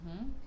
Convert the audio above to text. -hmm